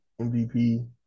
MVP